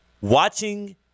watching